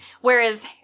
whereas